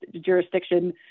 jurisdiction